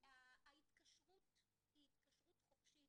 ההתקשרות היא התקשרות חופשית.